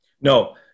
No